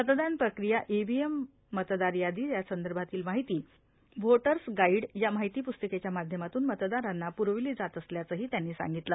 मतदान प्रक्रीयाए ईव्हिएमए मतदार यादी यासंदर्भातील माहिती व्होटर्स गाईडश् या माहिती प्स्तिकेच्या माध्यमातून मतदारांना प्रविली जात असल्याचही त्यांनी सांगितल